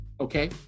Okay